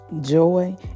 joy